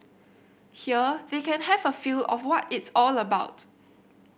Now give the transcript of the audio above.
here they can have a feel of what it's all about